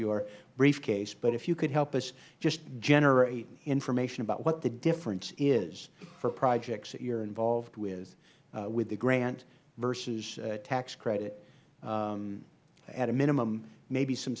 your briefcase but if you could help us just generate information about what the difference is for projects that you are involved with with the grant versus tax credit at a minimum maybe some